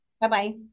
Bye-bye